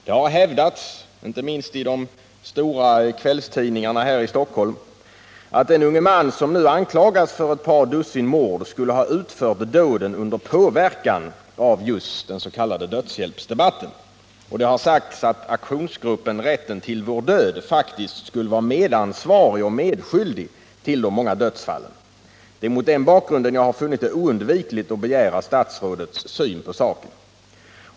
Det har bl.a. hävdats, inte minst i de stora kvällstidningarna här i Stockholm, att den unge man som nu anklagats för ett par dussin mord skulle ha utfört dåden under påverkan av just dödshjälpsdebat ten. Det har också sagts att aktionsgruppen Rätten till vår död faktiskt skulle vara medansvarig och medskyldig till de många dödsfallen. Det är mot den bakgrunden jag har funnit det oundvikligt att begära statsrådets syn på saken.